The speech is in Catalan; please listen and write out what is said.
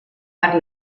per